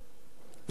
זה ביזיון,